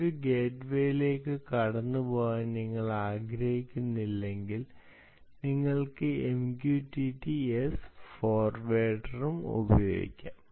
ഒരു ഗേറ്റ്വേയിലൂടെ കടന്നുപോകാൻ നിങ്ങൾ ആഗ്രഹിക്കുന്നില്ലെങ്കിൽ നിങ്ങൾക്ക് MQTT S ഫോർവേർഡറും ഉപയോഗിക്കാം